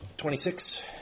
Twenty-six